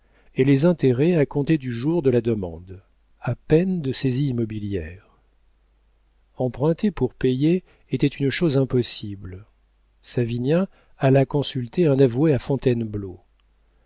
et les intérêts à compter du jour de la demande à peine de saisie immobilière emprunter pour payer était une chose impossible savinien alla consulter un avoué à fontainebleau